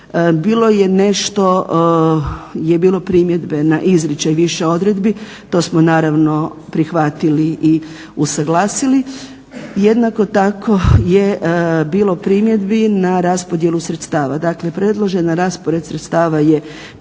Bilo je nešto primjedbi na izričaj više odredbi. To smo naravno prihvatili i usuglasili. Jednako tako je bilo primjedbi na raspodjelu sredstava. Dakle, predloženi raspored sredstava je 50%